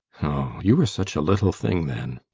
you were such a little thing then.